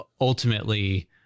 ultimately